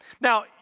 Now